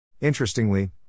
Interestingly